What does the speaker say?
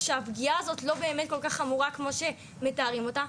שהפגיעה הזאת לא באמת כל כך חמורה כמו שמתארים אותה,